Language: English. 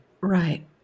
Right